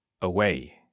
away